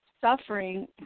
suffering